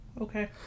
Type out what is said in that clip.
Okay